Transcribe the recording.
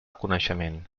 coneixement